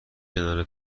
کنار